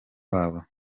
wabo